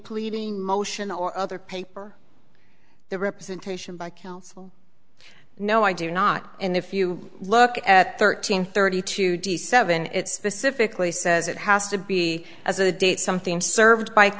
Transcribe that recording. pleading motion or other paper the representation by counsel no i do not and if you look at thirteen thirty two d seven it specifically says it has to be as a date something serv